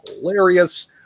hilarious